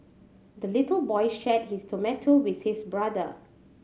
the little boy shared his tomato with his brother